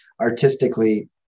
artistically